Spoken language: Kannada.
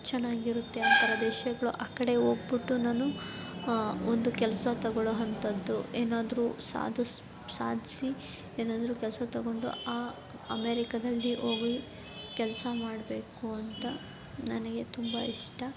ಚೆನ್ನಾಗಿರುತ್ತೆ ಆ ಥರ ದೇಶಗಳು ಆ ಕಡೆ ಹೋಗ್ಬಿಟ್ಟು ನಾನು ಒಂದು ಕೆಲಸ ತಗೊಳ್ಳುವಂಥದ್ದು ಏನಾದರೂ ಸಾಧಿಸಿ ಸಾಧಿಸಿ ಏನಾದರೂ ಕೆಲಸ ತಗೊಂಡು ಆ ಅಮೇರಿಕದಲ್ಲಿ ಹೋಗಿ ಕೆಲಸ ಮಾಡಬೇಕು ಅಂತ ನನಗೆ ತುಂಬ ಇಷ್ಟ